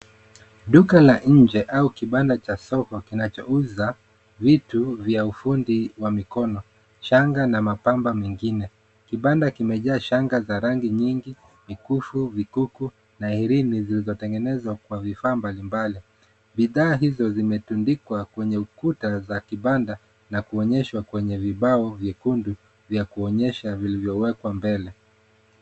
Duka la nje au kibanda cha soko kinachouza vitu vya ufundi wa mikono shanga na mapambo mengine. Kibanda kimejaa shanga za rangi nyingi, mikufu, vikuku na herini vilivyotengenezwa kwa vifaa mbalimbali. Bidhaa hizo zimetundikwa kwenye ukuta za kibanda na kuonyeshwa kwenye vibao vyekundu vya kuonyesha vilivyowekwa mbele.